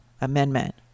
amendment